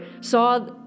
saw